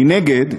מנגד,